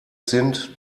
sind